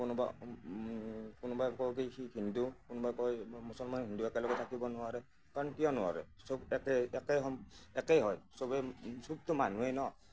কোনোবা কোনোবাই কয় কি সি হিন্দু কোনোবাই কয় মুছলমান হিন্দু একেলগে থাকিব নোৱাৰে কাৰণ কিয় নোৱাৰে চব একেই একেই হয় চবেই চবটো মানুহেই ন